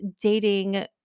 dating